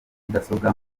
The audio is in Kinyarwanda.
mudasobwa